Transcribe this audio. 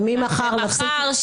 ומחר,